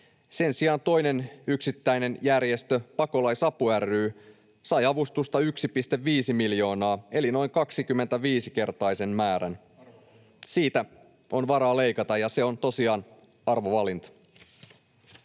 sen sijaan toinen yksittäinen järjestö, Pako-laisapu ry, sai avustusta 1,5 miljoonaa eli noin 25-kertaisen määrän, [Olli Immonen: Arvovalinta!]